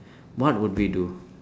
what would we do